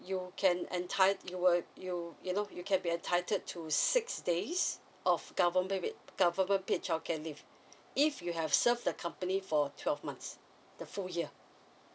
you can enti~ you will you you know you can be entitled to six days of government maybe government paid childcare leave if you have served the company for twelve months the full year